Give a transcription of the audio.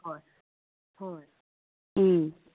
ꯍꯣꯏ ꯍꯣꯏ ꯎꯝ